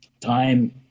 Time